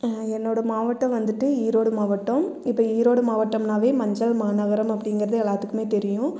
என்னோடய மாவட்டம் வந்துவிட்டு ஈரோடு மாவட்டம் இப்போ ஈரோடு மாவட்டம்னாலே மஞ்சள் மாநகரம் அப்படிங்கறது எல்லோத்துக்குமே தெரியும்